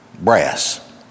brass